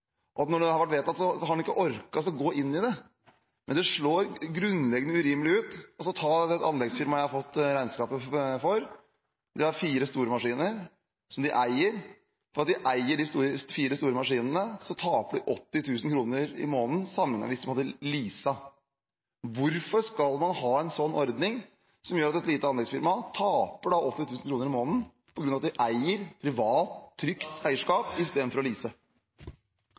og at når det har vært vedtatt, så har en ikke orket å gå inn i det. Men det slår grunnleggende urimelig ut. Ta f.eks. det anleggsfirmaet jeg har fått regnskapet for: De har fire store maskiner, som de eier, og ved at de eier de fire store maskinene, taper de 80 000 kr i måneden sammenlignet med om de hadde leaset. Hvorfor skal man ha en slik ordning som gjør at et lite anleggsfirma taper 80 000 kr i måneden på grunn av at de eier – privat, trygt eierskap – i stedet for å